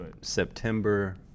September